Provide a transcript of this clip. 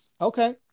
Okay